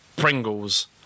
Pringles